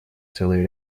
целый